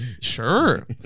Sure